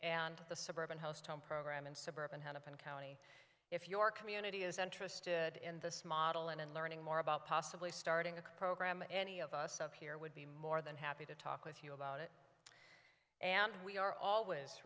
and the suburban host home program in suburban how to plan county if your community is interested in this model and in learning more about possibly starting a program any of us up here would be more than happy to talk with you about it and we are always